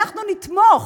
אנחנו נתמוך,